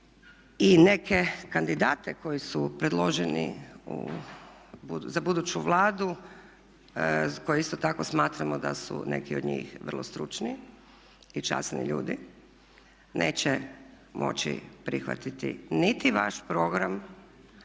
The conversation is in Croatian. i neke kandidate koji su predloženi za buduću Vladu koju isto tako smatramo da su neki od njih vrlo stručni i časni ljudi neće moći prihvatiti niti vaš program,